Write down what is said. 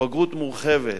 בגרות מורחבת,